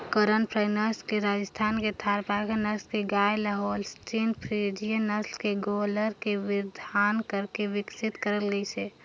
करन फ्राई नसल ल राजस्थान के थारपारकर नसल के गाय ल होल्सटीन फ्रीजियन नसल के गोल्लर के वीर्यधान करके बिकसित करल गईसे